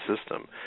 system